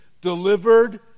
delivered